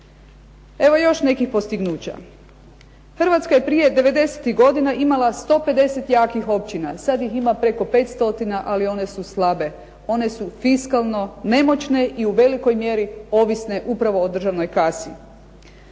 Evo još nekih postignuća. Hrvatska je prije 90-ih godina imala 150 jakih općina, sad ih ima preko 5 stotina, ali one su slabe. One su fiskalno nemoćne i u velikoj mjeri ovisne upravo o državnoj kasi.